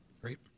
great